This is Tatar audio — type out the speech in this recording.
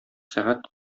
сәгать